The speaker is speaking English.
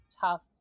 tough